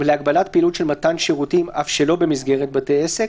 ולהגבלת פעילות של מתן שירותים אף שלא במסגרת בתי עסק,